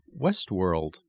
Westworld